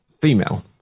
female